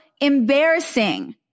embarrassing